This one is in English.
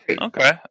Okay